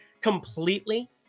completely